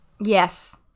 Yes